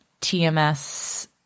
TMS